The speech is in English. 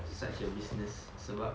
such a business sebab